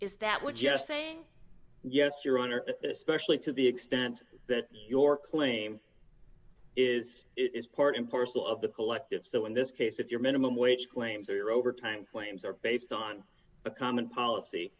is that we're just saying yes your honor especially to the extent that your claim is it is part and parcel of the collective so in this case if your minimum wage claims or your overtime claims are based on a common policy